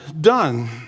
done